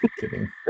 Kidding